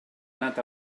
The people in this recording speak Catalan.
anat